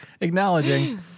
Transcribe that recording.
acknowledging